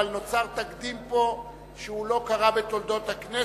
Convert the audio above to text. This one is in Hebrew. אבל נוצר פה תקדים שלא קרה בתולדות הכנסת,